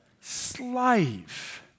Slave